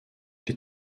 les